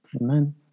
Amen